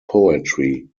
poetry